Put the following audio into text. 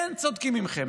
אין צודקים מכם.